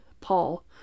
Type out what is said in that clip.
Paul